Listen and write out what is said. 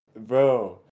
Bro